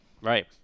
Right